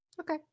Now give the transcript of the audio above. Okay